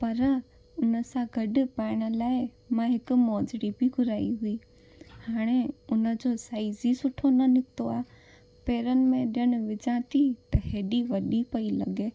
पर उन सां गॾु पाइण लाइ मां हिकु मोजिड़ी बि घुराई हुई हाणे उन जो साइज़ ई सुठो न निकितो आहे पेरनि में हेॾा न विझा थी त हेॾी वॾी पई लॻे